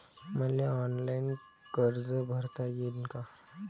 मले ऑनलाईन कर्ज भरता येईन का?